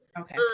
okay